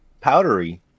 powdery